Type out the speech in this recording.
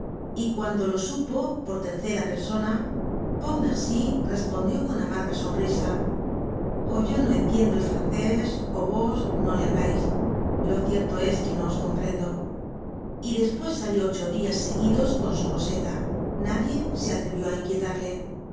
y cuando lo supo por tercera persona pontmercy respondió con amarga sonrisa o yo no entiendo el francés ó vos no le hablais lo cierto es que no os comprendo y despues salió ocho dias seguidos con su roseta nadie se atrevió á inquietarle